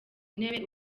ntebe